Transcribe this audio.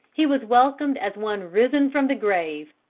he was welcomed as one risen from the grave.